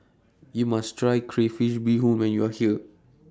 YOU must Try Crayfish Beehoon when YOU Are here